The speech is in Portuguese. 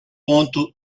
ponto